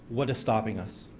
what is stopping us?